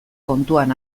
kontuan